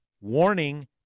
warning